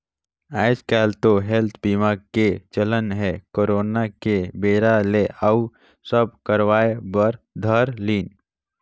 आएज काएल तो हेल्थ बीमा के चलन हे करोना के बेरा ले अउ सब करवाय बर धर लिन